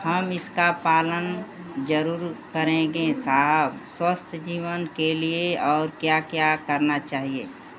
हम इसका पालन जरूर करेंगे साहब स्वस्थ जीवन के लिए और क्या क्या करना चाहिए